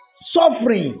suffering